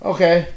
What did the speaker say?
Okay